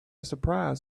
surprise